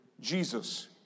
Jesus